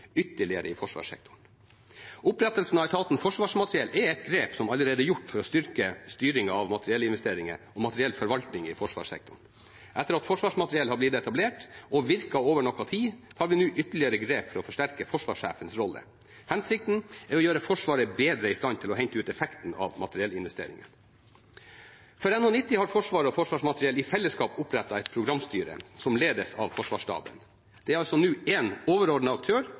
ytterligere i forsvarssektoren. Opprettelsen av etaten Forsvarsmateriell er et grep som allerede er gjort for å styrke styringen av materiellinvesteringer og materiellforvaltning i forsvarssektoren. Etter at Forsvarsmateriell har blitt etablert og virket over noe tid, tar vi nå ytterligere grep for å forsterke forsvarssjefens rolle. Hensikten er å gjøre Forsvaret bedre i stand til å hente ut effekten av materiellinvesteringene. For NH90 har Forsvaret og Forsvarsmateriell i fellesskap opprettet et programstyre som ledes av forsvarsstaben. Det er nå én overordnet aktør